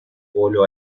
polo